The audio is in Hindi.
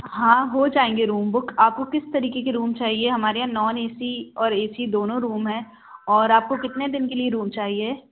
हाँ हो जाएँगे रूम बुक आपको किस तरीके की रूम चाहिए हमारे यहाँ नॉन ए सी और ए सी दोनों रूम हैं और आपको कितने दिन के लिए रूम चाहिए